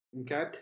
Okay